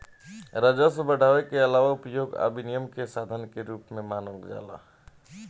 राजस्व बढ़ावे के आलावा उपभोग आ विनियम के साधन के रूप में मानल जाला